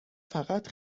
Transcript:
فقط